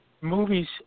movies